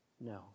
No